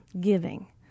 giving